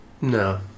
No